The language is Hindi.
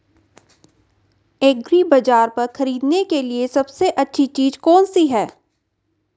एग्रीबाज़ार पर खरीदने के लिए सबसे अच्छी चीज़ कौनसी है?